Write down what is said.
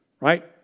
right